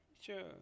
Sure